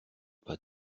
pas